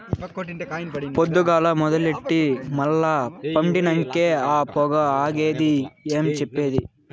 పొద్దుగాల మొదలెట్టి మల్ల పండినంకే ఆ పొగ ఆగేది ఏం చెప్పేది